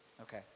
Okay